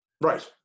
right